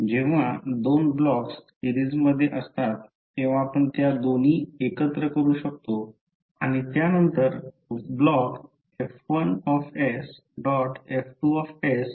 जेव्हा 2 blocks series मधे असतात तेव्हा आपण त्या दोन्ही एकत्र करू शकतो आणि एकाच ब्लॉक द्वारे रिप्रेझेंटेशन करू शकतो आणि त्यानंतर ब्लॉक F1